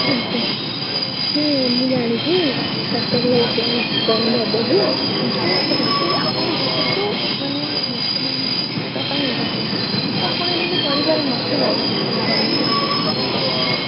ଆଜ୍ଞା ନାହିଁ ମୁଁ ଜାଣିଛି ଚାରିଟା ବେଳେ ବ୍ୟାଙ୍କ ବନ୍ଦ ହବ ଯେ କିନ୍ତୁ ସେମିତି ଆପଣ ଯେହେତୁ ମାନେ ଲୋକମାନଙ୍କ ସେବା ପାଇଁ ରହିଚନ୍ତି ତ ଆପଣ ଏମିତି କରିବାର ନଥିଲା ନା ଆପଣ କର୍ମଚାରୀ ମାନେ ଏମିତି କରିବାର ନଥିଲା